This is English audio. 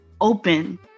open